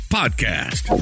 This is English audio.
podcast